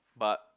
but